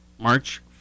March